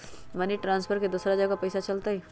Money transfer से दूसरा जगह पईसा चलतई?